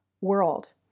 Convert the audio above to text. world